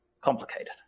complicated